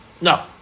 No